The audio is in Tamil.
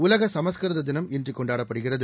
உலக சமஸ்கிருத தினம் இன்று கொண்டாடப்படுகிறது